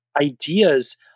ideas